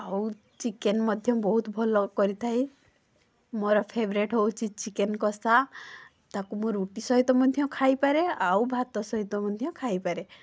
ଆଉ ଚିକେନ ମଧ୍ୟ ବହୁତ ଭଲ କରିଥାଏ ମୋର ଫେବରେଟ୍ ହଉଛି ଚିକେନ କସା ତାକୁ ମୁଁ ରୁଟି ସହିତ ମଧ୍ୟ ଖାଇପାରେ ଆଉ ଭାତ ସହିତ ମଧ୍ୟ ଖାଇପାରେ